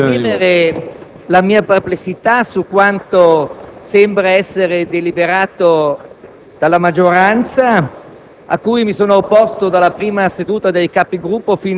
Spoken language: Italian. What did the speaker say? intervengo per esprimere la mia perplessità su quanto sembra essere deliberato